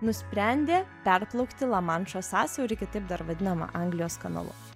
nusprendė perplaukti lamanšo sąsiaurį kitaip dar vadinamą anglijos kanalu